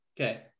Okay